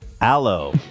Aloe